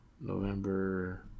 November